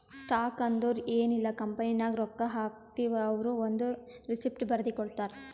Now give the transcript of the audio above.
stock ಅಂದುರ್ ಎನ್ ಇಲ್ಲ ಕಂಪನಿನಾಗ್ ರೊಕ್ಕಾ ಹಾಕ್ತಿವ್ ಅವ್ರು ಒಂದ್ ರೆಸಿಪ್ಟ್ ಬರ್ದಿ ಕೊಡ್ತಾರ್